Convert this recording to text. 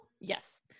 Yes